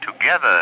together